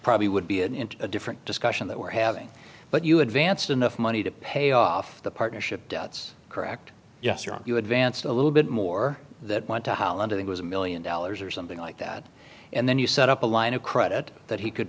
probably would be an into a different discussion that we're having but you advanced enough money to pay off the partnership debts correct yes or are you advanced a little bit more that want to hollander that was a one million dollars or something like that and then you set up a line of credit that he could